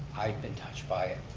i've been touched by it,